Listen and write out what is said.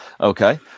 okay